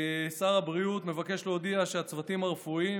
שר הבריאות מבקש להודיע שהצוותים הרפואיים